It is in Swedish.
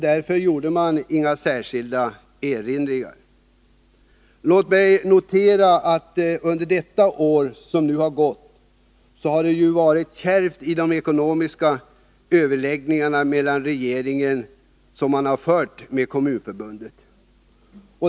Därför gjordes inga särskilda erinringar. Låt mig notera att det under det år som nu har gått har varit kärvt i de ekonomiska överläggningar som regeringen har fört med Kommunförbundet.